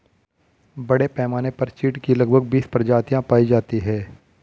बड़े पैमाने पर चीढ की लगभग बीस प्रजातियां पाई जाती है